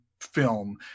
film